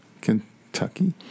Kentucky